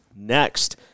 Next